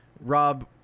Rob